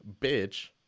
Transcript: bitch